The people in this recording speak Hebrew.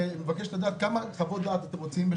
לדעת כמה חוות דעת אתם רוצים בשנה,